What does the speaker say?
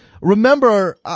Remember